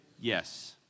Yes